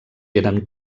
eren